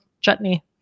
chutney